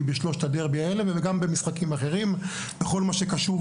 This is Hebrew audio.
זאת אומרת זה עובד, המגנומטר זה כלי שעובד?